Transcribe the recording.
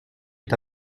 est